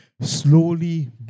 slowly